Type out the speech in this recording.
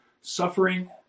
suffering